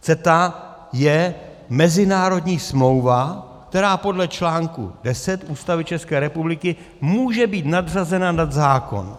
CETA je mezinárodní smlouva, která podle článku 10 Ústavy České republiky může být nadřazena nad zákon.